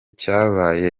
cyabaye